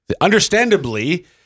understandably